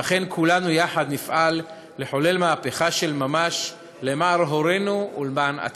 ואכן כולנו יחד נפעל לחולל מהפכה של ממש למען הורינו ולמען עתידנו.